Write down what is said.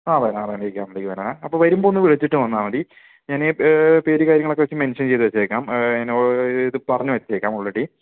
ആ വരാറ് അറിയുമ്പഴേക്ക് വരാം അപ്പം വരുമ്പോൾ ഒന്ന് വിളിച്ചിട്ട് വന്നാൽ മതി ഞാൻ പേ പേര് കാര്യങ്ങളൊക്കെ വെച്ച് മെൻഷൻ ചെയ്ത് വെച്ചേക്കാം ഇങ്ങനെ ഇത് പറഞ്ഞ് വെച്ചേക്കാം ഓൾ റെഡി